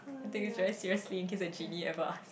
I take this very seriously in case a Genie ever asks